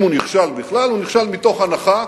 אם הוא נכשל בכלל, הוא נכשל מתוך הנחה